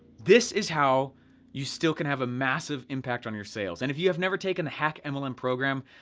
this is how you still can have a massive impact on your sales, and if you have never taken a hack and mlm and program,